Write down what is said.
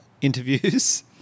interviews